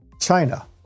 China